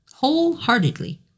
wholeheartedly